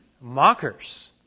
mockers